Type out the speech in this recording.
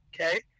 Okay